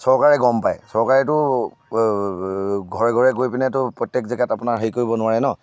চৰকাৰে গম পায় চৰকাৰেতো ঘৰে ঘৰে গৈ পিনেতো প্ৰত্যেক জেগাত আপোনাৰ হেৰি কৰিব নোৱাৰে ন